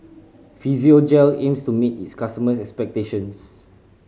Physiogel aims to meet its customers' expectations